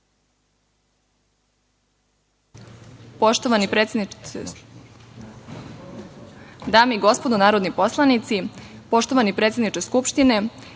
poštovani predsedniče Skupštine,